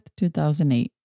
2008